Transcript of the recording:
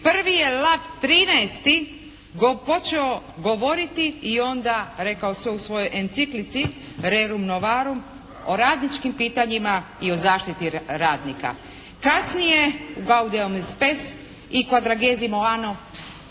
prvi je Lav 13. počeo govoriti i onda rekao sve u svojoj enciklici "Rerum novarum" o radničkim pitanjima i o zaštiti radnika. Kasnije …/Govornica se ne